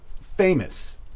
famous